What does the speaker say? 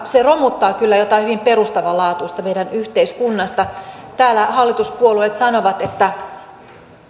se romuttaa kyllä jotain hyvin perustavanlaatuista meidän yhteiskunnastamme täällä hallituspuolueet sanovat että